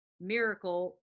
miracle